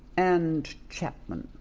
and chapman.